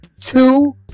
two